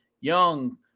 Young